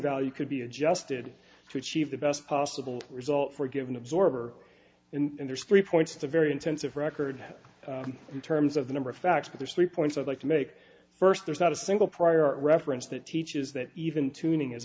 value could be adjusted to achieve the best possible result for a given absorber and there's three points to a very intensive record in terms of the number of facts but there's three points i'd like to make first there's not a single prior reference that teaches that even tuning